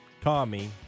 Tommy